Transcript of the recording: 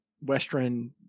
Western